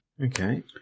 Okay